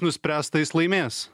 nuspręs tai jis laimės